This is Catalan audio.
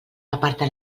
aparta